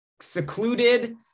secluded